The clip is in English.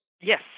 Yes